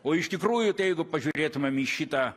o iš tikrųjų tai jeigu pažiūrėtumėm į šitą